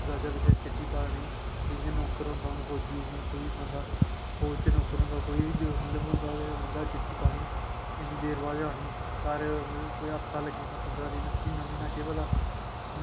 जां अग्गें पिच्छें चिट्ठी पानी पौंदी क्योंकि नौकर होंदा जियां फौजी कोई बी बंदा फौज़ च नौकर होंदा कोई बी मतलब उसगी चिट्ठी पानी किन्नी देर बाद असेंगी घर कुदै हफ्ता हफ्ता म्हीना म्हीना घर गेदे कुदै